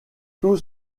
tout